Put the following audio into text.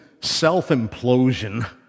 self-implosion